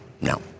No